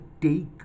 take